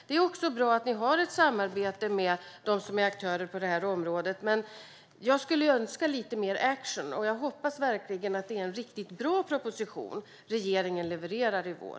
Det är bra att ni har ett samarbete med aktörerna på det här området. Men jag skulle önska lite mer action och hoppas verkligen att det är en riktigt bra proposition som regeringen levererar i vår.